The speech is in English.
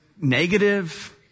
negative